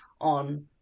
on